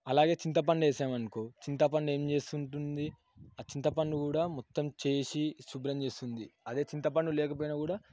అలాగే చింతపండు వేసాము అనుకో చింతపండు ఏం చేస్తుంటుంది అ చింతపండు కూడా మొత్తం చేసి శుభ్రం చేస్తుంది అదే చింతపండు లేకపోయినా కూడా